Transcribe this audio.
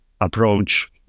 approach